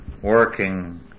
working